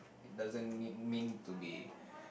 doesn't mean mean to be